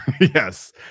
Yes